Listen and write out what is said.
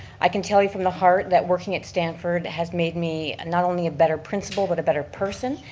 i can tell you from the heart that working at stamford has made me not only a better principal but a better person.